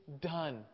done